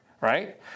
right